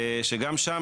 שגם שם,